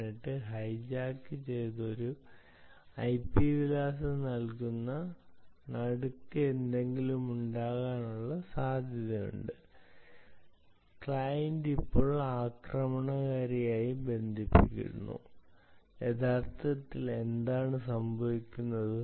18 hijack ചെയ്ത് ഒരു IP വിലാസം നൽകുന്ന നടുക്ക് എന്തെങ്കിലുമുണ്ടാകാനുള്ള സാധ്യതയുണ്ട് ക്ലയന്റ് ഇപ്പോൾ ആക്രമണകാരിയുമായി ബന്ധിപ്പിക്കുന്നു യഥാർത്ഥത്തിൽ എന്താണ് സംഭവിക്കുന്നത്